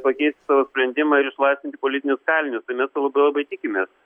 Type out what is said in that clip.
pakeisti savo sprendimą ir išlaisvinti politinius kalinius tai mes to labai labai tikimės